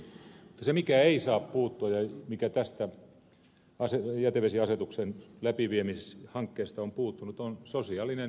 mutta se mikä ei saa puuttua ja mikä tästä jätevesiasetuksen läpiviemishankkeesta on puuttunut on sosiaalinen mielenlaatu